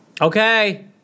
Okay